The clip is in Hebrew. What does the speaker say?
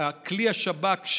כלי השב"כ,